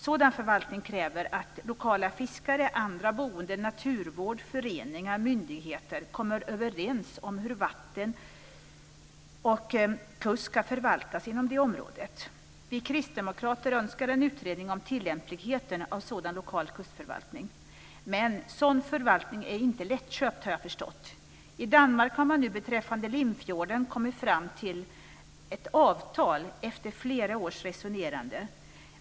Sådan förvaltning kräver att lokala fiskare och andra boende samt naturvård, föreningar och myndigheter kommer överens om hur vatten och kust ska förvaltas inom det området. Vi kristdemokrater önskar en utredning om tilllämpligheten beträffande sådan lokal kustförvaltning. Men sådan förvaltning är, har jag förstått, inte lättköpt. I Danmark har man nu beträffande Limfjorden kommit fram till ett avtal; detta efter flera års resonerande.